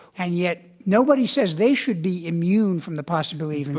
and yet nobody says they should be immune from the possibility of